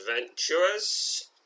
adventurers